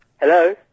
Hello